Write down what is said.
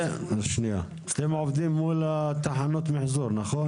אתם עובדים מול תחנות המחזור, נכון?